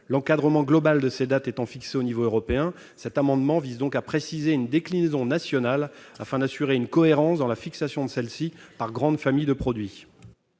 L'encadrement global de ces dates étant fixé au niveau européen, cet amendement vise à préciser une déclinaison nationale afin d'assurer une cohérence dans la fixation de celle-ci par grandes familles de produits.